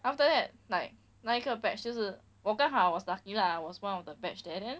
after that like 哪一个 batch 就是我刚好 was lucky lah was one of the batch there then